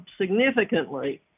significantly